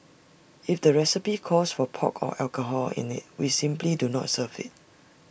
if the recipe calls for pork or alcohol in IT we simply do not serve IT